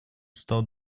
стал